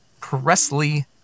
Presley